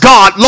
God